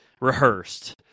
rehearsed